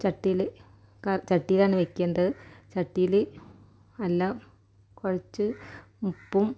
ചട്ടിയിൽ ചട്ടിയിലാണ് വയ്ക്കേണ്ടത് ചട്ടിയിൽ നല്ല കുഴച്ച് ഉപ്പും